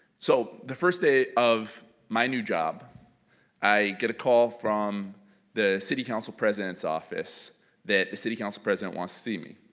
so the first day of my new job i get a call from the city council president's office that the city council president wants to see me.